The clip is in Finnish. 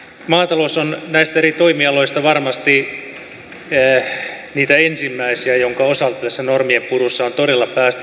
maatalous on näistä eri toimialoista varmasti niitä ensimmäisiä joiden osalta tässä normien purussa on todella päästävä nopeasti liikkeelle